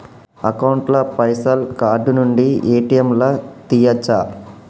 Account ల పైసల్ card నుండి ఏ.టి.ఎమ్ లా తియ్యచ్చా?